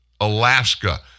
Alaska